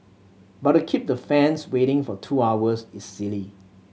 but to keep the fans waiting for two hours is silly